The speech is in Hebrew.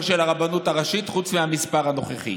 של הרבנות הראשית חוץ מהמספר הנוכחי,